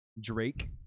Drake